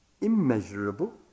immeasurable